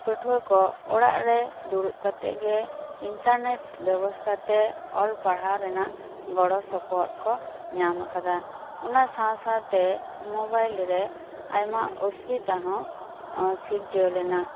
ᱯᱟᱹᱴᱷᱩᱭᱟᱹ ᱠᱚ ᱚᱲᱟᱜ ᱨᱮ ᱫᱩᱲᱩᱵ ᱠᱟᱛᱮᱫ ᱜᱮ ᱤᱱᱴᱟᱨᱱᱮᱴ ᱵᱮᱵᱚᱥᱛᱟ ᱛᱮ ᱚᱞ ᱯᱟᱲᱦᱟᱣ ᱨᱮᱱᱟᱜ ᱜᱚᱲᱚ ᱥᱚᱯᱚᱦᱚᱫ ᱠᱚ ᱧᱟᱢ ᱟᱠᱟᱫᱟ ᱚᱱᱟ ᱥᱟᱶ ᱥᱟᱶᱛᱮ ᱢᱳᱵᱟᱭᱤᱞᱨᱮ ᱟᱭᱢᱟ ᱚᱥᱩᱵᱤᱛᱟ ᱦᱚᱸ ᱥᱤᱨᱡᱟᱹᱣ ᱞᱮᱱᱟ